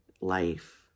life